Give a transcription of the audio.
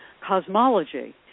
cosmology